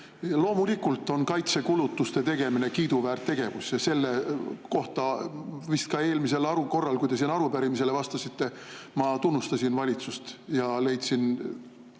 loomulikult on kaitsekulutuste tegemine kiiduväärt tegevus ja selle eest vist ka eelmisel korral, kui te siin arupärimisele vastasite, ma tunnustasin valitsust ja toetasin